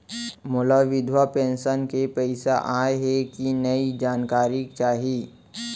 मोला विधवा पेंशन के पइसा आय हे कि नई जानकारी चाही?